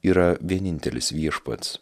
yra vienintelis viešpats